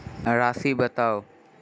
राशि बताउ